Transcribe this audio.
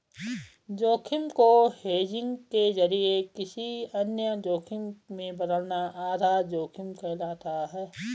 जोखिम को हेजिंग के जरिए किसी अन्य जोखिम में बदलना आधा जोखिम कहलाता है